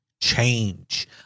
change